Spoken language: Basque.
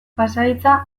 pasahitza